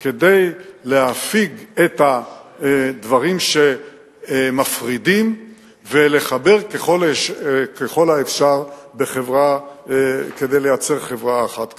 כדי להפיג את הדברים שמפרידים ולחבר ככל האפשר כדי לייצר חברה אחת כזאת.